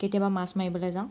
কেতিয়াবা মাছ মাৰিবলৈ যাওঁ